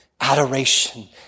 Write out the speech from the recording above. adoration